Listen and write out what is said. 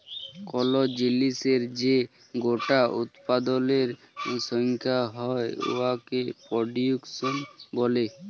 call জিলিসের যে গটা উৎপাদলের সংখ্যা হ্যয় উয়াকে পরডিউস ব্যলে